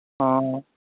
ꯑꯥ